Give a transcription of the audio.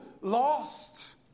lost